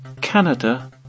Canada